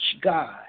God